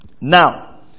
Now